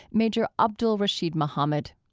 major abdul-rasheed muhammad.